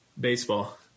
Baseball